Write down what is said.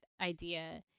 idea